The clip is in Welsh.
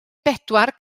bedwar